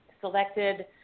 selected